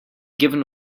given